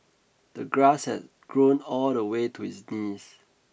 the grass had grown all the way to his knees